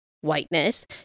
whiteness